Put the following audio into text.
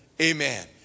Amen